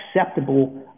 acceptable